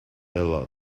ella